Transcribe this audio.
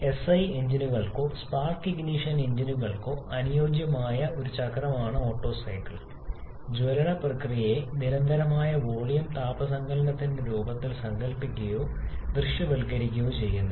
SI എഞ്ചിനുകൾക്കോ spark ignition എഞ്ചിനുകൾക്കോ അനുയോജ്യമായ ഒരു ചക്രമാണ് ഓട്ടോ സൈക്കിൾ ജ്വലന പ്രക്രിയയെ നിരന്തരമായ വോളിയം താപ സങ്കലനത്തിന്റെ രൂപത്തിൽ സങ്കൽപ്പിക്കുകയോ ദൃശ്യവൽക്കരിക്കുകയോ ചെയ്യുന്നു